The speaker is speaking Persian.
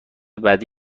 بعدی